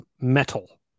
metal